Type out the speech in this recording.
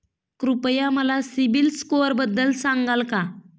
कृपया मला सीबील स्कोअरबद्दल सांगाल का?